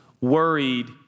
worried